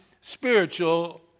spiritual